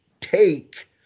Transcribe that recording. take